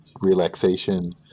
relaxation